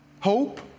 hope